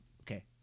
Okay